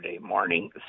morning